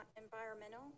environmental